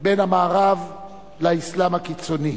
בין המערב לאסלאם הקיצוני.